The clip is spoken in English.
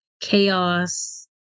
chaos